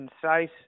concise